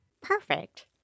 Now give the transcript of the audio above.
Perfect